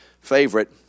favorite